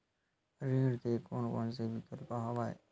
ऋण के कोन कोन से विकल्प हवय?